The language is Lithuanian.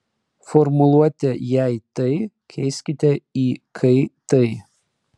formuluotę jei tai keiskite į kai tai